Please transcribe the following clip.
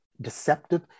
deceptive